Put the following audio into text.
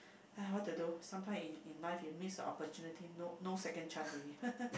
!aiya! what to do sometime in in life you miss the opportunity no no second chance already